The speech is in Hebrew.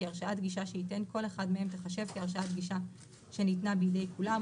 כי הרשאת גישה שייתן כל אחד מהם תיחשב כהרשאת גישה שניתנה בידי כולם,